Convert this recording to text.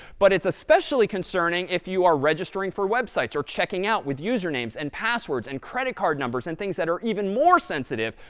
but it's especially concerning if you are registering for websites or checking out with usernames and passwords and credit card numbers and things that are even more sensitive.